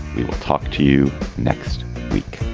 we will talk to you next week